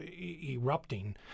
erupting